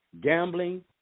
gambling